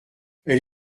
elle